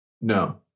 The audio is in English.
No